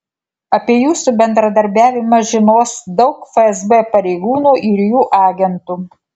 apie jūsų bendradarbiavimą žinos daug fsb pareigūnų ir jų agentų